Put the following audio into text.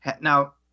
Now